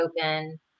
open